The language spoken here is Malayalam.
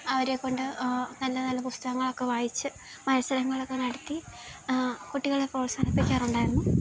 അവരെക്കൊണ്ട് നല്ല നല്ല പുസ്തകങ്ങളൊക്കെ വായിപ്പിച്ച് മത്സരങ്ങളൊക്കെ നടത്തി കുട്ടികളെ പ്രോത്സാഹിപ്പിക്കാറുണ്ടായിരുന്നു